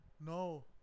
No